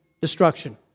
destruction